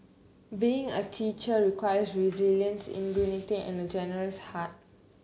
being a teacher requires resilience and a generous heart